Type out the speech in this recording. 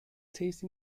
taste